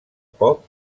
poc